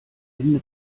ende